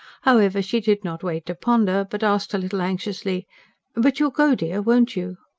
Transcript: however, she did not wait to ponder, but asked, a little anxiously but you'll go, dear, won't you?